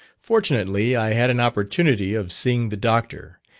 fortunately i had an opportunity of seeing the dr,